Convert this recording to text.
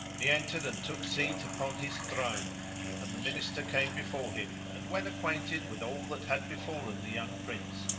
he entered and took seat upon his throne and the minister came before him and, when acquainted with all that had be fallen the young prince,